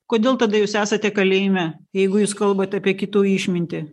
kodėl tada jūs esate kalėjime jeigu jūs kalbat apie kitų išmintį